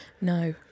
No